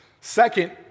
Second